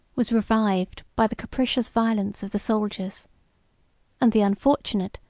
was revived by the capricious violence of the soldiers and the unfortunate,